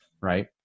right